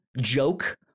joke